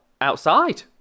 outside